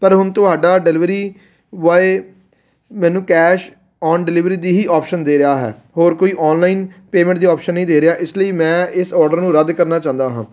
ਪਰ ਹੁਣ ਤੁਹਾਡਾ ਡਿਲੀਵਰੀ ਬੋਆਏ ਮੈਨੂੰ ਕੈਸ਼ ਔਨ ਡਿਲੀਵਰੀ ਦੀ ਹੀ ਔਪਸ਼ਨ ਦੇ ਰਿਹਾ ਹੈ ਹੋਰ ਕੋਈ ਔਨਲਾਈਨ ਪੇਮੈਂਟ ਦੀ ਔਪਸ਼ਨ ਨਹੀਂ ਦੇ ਰਿਹਾ ਇਸ ਲਈ ਮੈਂ ਇਸ ਔਡਰ ਨੂੰ ਰੱਦ ਕਰਨਾ ਚਾਹੁੰਦਾ ਹਾਂ